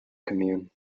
commune